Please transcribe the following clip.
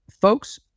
folks